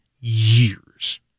years